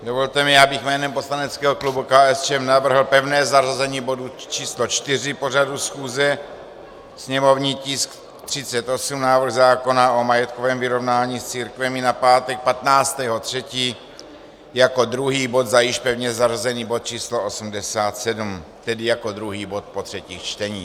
Dovolte mi, abych jménem poslaneckého klubu KSČM navrhl pevné zařazení bodu č. 4 pořadu schůze, sněmovní tisk 38, návrh zákona o majetkovém vyrovnání s církvemi, na pátek 15. 3 jako druhý bod za již pevně zařazený bod č. 87, tedy jako druhý bod po třetích čteních.